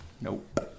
Nope